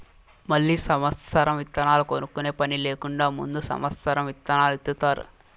మళ్ళీ సమత్సరం ఇత్తనాలు కొనుక్కునే పని లేకుండా ముందు సమత్సరం ఇత్తనాలు ఇత్తుతారు